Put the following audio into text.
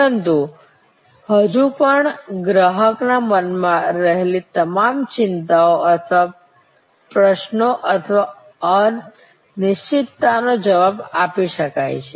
પરંતુ હજુ પણ ગ્રાહકના મનમાં રહેલી તમામ ચિંતાઓ અને પ્રશ્નો અથવા અનિશ્ચિતતાઓનો જવાબ આપી શકતા નથી